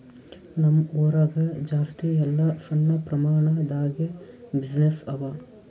ನಮ್ ಊರಾಗ ಜಾಸ್ತಿ ಎಲ್ಲಾ ಸಣ್ಣ ಪ್ರಮಾಣ ದಾಗೆ ಬಿಸಿನ್ನೆಸ್ಸೇ ಅವಾ